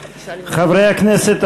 חברי הכנסת,